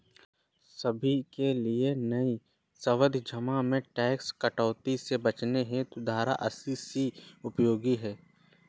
सभी के लिए नई सावधि जमा में टैक्स कटौती से बचने हेतु धारा अस्सी सी उपयोगी है